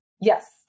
Yes